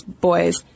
boys